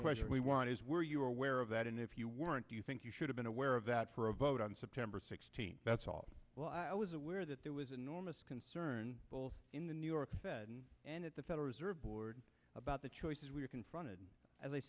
question we want is were you aware of that and if you weren't do you think you should have been aware of that for a vote on september sixteenth that's all well i was aware that there was enormous concern both in the new york fed and at the federal reserve board about the choices we are confronted a